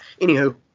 Anywho